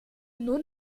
nun